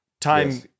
time